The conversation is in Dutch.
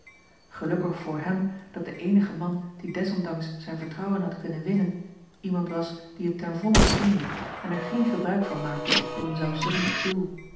gelukkig voor hem dat de eenige man die desondanks zijn vertrouwen had kunnen winnen iemand was die het ten volle verdiende en er geen gebruik van maakte tot een zelfzuchtig doel